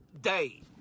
day